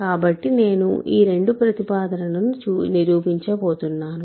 కాబట్టి నేను ఈ రెండు ప్రతిపాదనలను నిరూపించబోతున్నాను